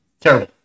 terrible